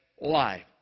life